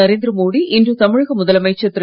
நரேந்திர மோடி இன்று தமிழக முதலமைச்சர் திரு